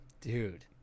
Dude